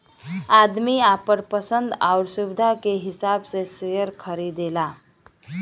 आदमी आपन पसन्द आउर सुविधा के हिसाब से सेअर खरीदला